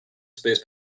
space